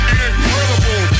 incredible